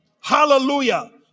hallelujah